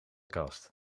kast